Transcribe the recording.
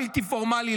בלתי פורמלי,